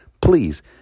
Please